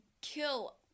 kill